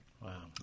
Wow